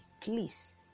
Please